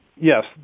Yes